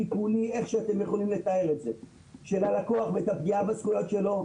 הטיפולי של הלקוח ואת הפגיעה בזכויות שלו,